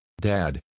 Dad